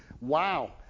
wow